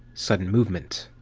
sudden movement.